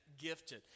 gifted